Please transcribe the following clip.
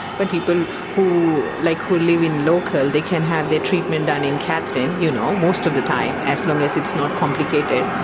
but people who like who live local they can have their treatment done in katherine you know most of the time, as long as it's not complicated,